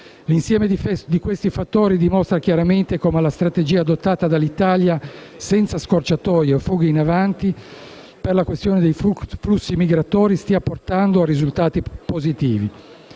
L'insieme di questi fattori dimostra chiaramente come la strategia adottata dall'Italia, senza scorciatoie o fughe in avanti, per la questione dei flussi migratori stia portando a risultati positivi.